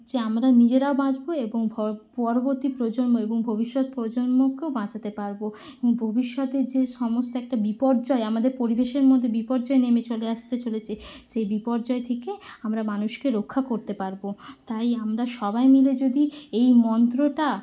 যে আমরা নিজেরাও বাঁচবো এবং পরবর্তী প্রজন্ম এবং ভবিষ্যৎ প্রজন্মকেও বাঁচাতে পারবো ভবিষ্যতে যে সমস্ত একটা বিপর্যয় আমাদের পরিবেশের মধ্যে বিপর্যয় নেমে চলে আসতে চলেছে সেই বিপর্যয় থেকে আমরা মানুষকে রক্ষা করতে পারবো তাই আমরা সবাই মিলে যদি এই মন্ত্রটা